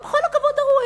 בכל הכבוד הראוי,